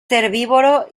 herbívoro